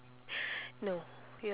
no you are wrong